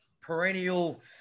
perennial